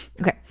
Okay